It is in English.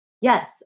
yes